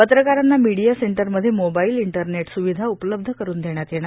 पत्रकारांना media centre मध्ये mobile internet स्विधा उपलब्ध करुन देण्यात येणार